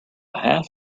half